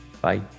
Bye